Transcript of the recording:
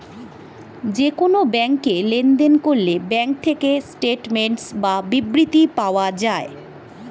যে কোন ব্যাংকে লেনদেন করলে ব্যাঙ্ক থেকে স্টেটমেন্টস বা বিবৃতি পাওয়া যায়